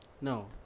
No